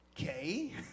okay